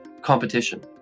competition